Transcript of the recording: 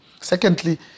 Secondly